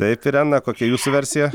taip irena kokia jūsų versija